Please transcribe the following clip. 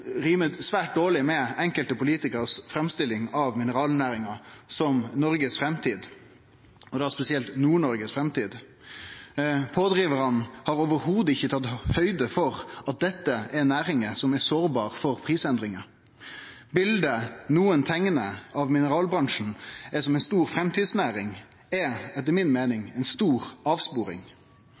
rimar svært dårleg med enkelte politikarar si framstilling av mineralnæringa som Noregs framtid, og da spesielt Nord-Noregs framtid. Pådrivarane har slett ikkje teke høgd for at dette er næringar som er sårbare for prisendringar. Biletet enkelte teiknar av mineralbransjen som ei stor framtidsnæring, er etter mi meining ei stor avsporing.